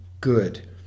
good